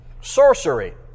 Sorcery